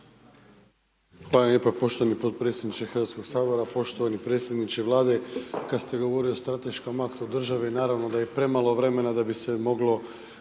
Hvala lijepa poštovani podpredsjedniče HS-a, poštovani predsjedniče Vlade. Kada ste govorili o strateškom aktu države, naravno da je premalo vremena da bi se moglo